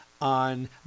on